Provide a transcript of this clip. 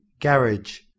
garage